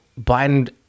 Biden